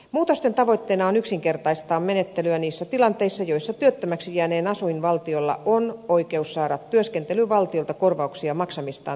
muutosten tavoitteena on yksinkertaistaa menettelyä niissä tilanteissa joissa työttömäksi jääneen asuinvaltiolla on oikeus saada työskentelyvaltiolta korvauksia maksamistaan työttömyysetuuksista